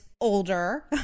older